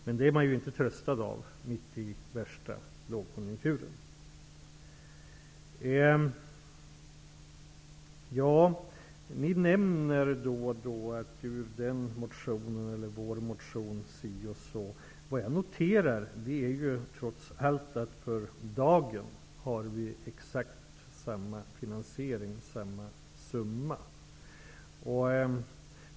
Men det är ingen tröst så här mitt i värsta lågkonjunktur. Ni nämner den och den motionen. Vad jag noterar är att vi för dagen trots allt har samma finansieringssumma.